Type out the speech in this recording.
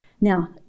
Now